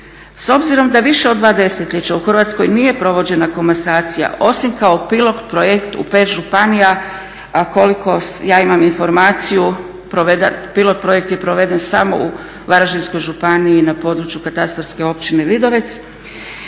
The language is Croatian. S obzirom da više od dva desetljeća u Hrvatskoj nije provođena komasacija, osim kao pilot projekt u pet županija, a koliko ja imam informaciju pilot projekt je proveden samo u Varaždinskoj županiji na području katastarske općine Vidovec,